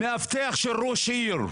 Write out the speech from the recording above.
מאבטח של ראש עיר,